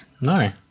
No